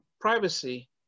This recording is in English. privacy